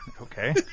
Okay